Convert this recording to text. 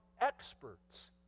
experts